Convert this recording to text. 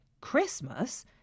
Christmas